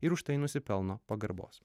ir už tai nusipelno pagarbos